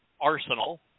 arsenal